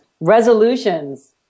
resolutions